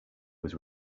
was